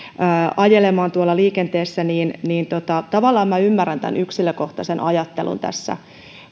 ajelemaan tuolla liikenteessä niin niin tavallaan minä ymmärrän tämän yksilökohtaisen ajattelun tässä